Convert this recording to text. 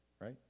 right